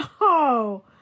No